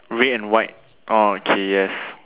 red and white orh okay yes